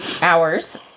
hours